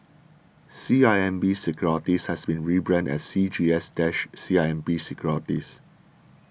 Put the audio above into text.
C I M B Securities has been rebranded as C G S dash C I M B Securities